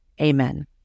Amen